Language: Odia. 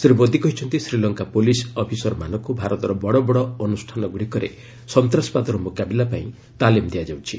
ଶ୍ରୀ ମୋଦୀ କହିଛନ୍ତି ଶ୍ରୀଲଙ୍କା ପୁଲିସ୍ ଅଫିସରମାନଙ୍କୁ ଭାରତର ବଡ଼ ବଡ଼ ଅନୁଷ୍ଠାନଗୁଡ଼ିକରେ ସନ୍ତାସବାଦର ମୁକାବିଲା ପାଇଁ ତାଲିମ୍ ଦିଆଯାଉଛି